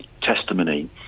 testimony